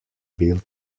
built